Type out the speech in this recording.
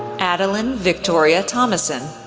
adeline victoria thomason,